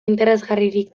interesgarririk